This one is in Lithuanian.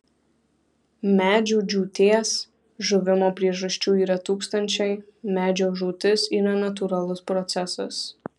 medžių džiūties žuvimo priežasčių yra tūkstančiai medžio žūtis yra natūralus procesas